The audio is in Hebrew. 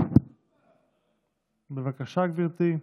בבקשה, גברתי,